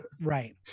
Right